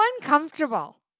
uncomfortable